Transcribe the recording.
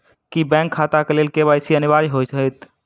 की bank खाता केँ लेल के.वाई.सी अनिवार्य होइ हएत?